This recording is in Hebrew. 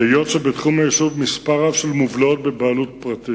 כמה זמן יהיו המעונות מוכנים